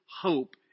hope